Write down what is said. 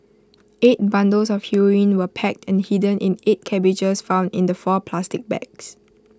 eight bundles of heroin were packed and hidden in eight cabbages found in the four plastic bags